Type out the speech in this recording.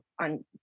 on